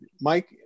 Mike